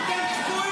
מה זה?